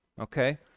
Okay